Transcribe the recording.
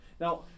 now